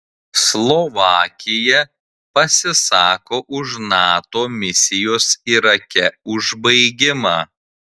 slovakija pasisako už nato misijos irake užbaigimą